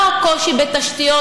לא קושי בתשתיות,